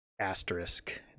asterisk